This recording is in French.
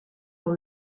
dans